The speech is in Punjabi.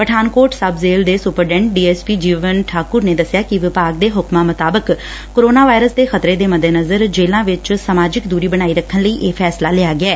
ਪਠਾਨਕੋਟ ਸਬ ਜੇਲੂ ਦੇ ਸੁਪਰਡੈਂਟ ਡੀਐਸਪੀ ਜੀਵਨ ਠਾਕੁਰ ਨੇ ਦੱਸਿਆ ਕਿ ਵਿਭਾਗ ਦੇ ਹੁਕਮਾ ਮੁਤਾਬਿਕ ਕੋਰੋਨਾ ਵਾਇਰਸ ਦੇ ਮੱਦੇਨਜਰ ਜੇਲੁਾਂ ਵਿਚ ਵੀ ਸਮਾਜਿਕ ਦੂਰੀ ਬਣਾਈ ਰੱਖਣ ਲਈ ਇਹ ਫੈਸਲਾ ਲਿਆ ਗਿਐ